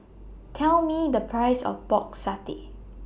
Tell Me The Price of Pork Satay